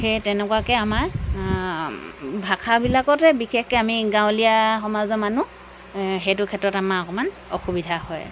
সেই তেনেকুৱাকৈ আমাৰ ভাষাবিলাকতে বিশেষকৈ আমি গাঁৱলীয়া সমাজৰ মানুহ সেইটো ক্ষেত্ৰত আমাৰ অকণমান অসুবিধা হয়